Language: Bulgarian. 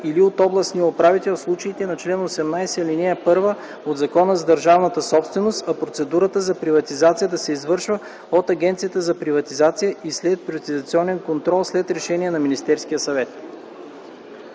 или от областния управител в случаите на чл. 18, ал. 1 от Закона за държавната собственост, а процедурата за приватизация да се извършва от Агенцията за приватизация и следприватизационен контрол след решение на Министерския съвет.